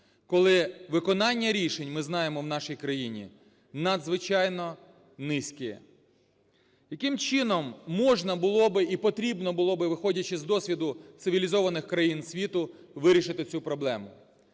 коли виконання рішень, ми знаємо, в нашій країні надзвичайно низьке. Яким чином можна було би і потрібно було би, виходячи з досвіду цивілізованих країн світу, вирішити цю проблему?